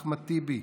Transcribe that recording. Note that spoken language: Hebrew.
אחמד טיבי,